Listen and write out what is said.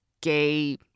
gay